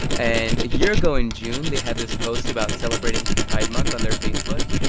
and a year ago, in june, they had this post about celebrating pride month on their facebook.